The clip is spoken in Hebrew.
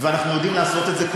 ואנחנו יודעים לעשות את זה,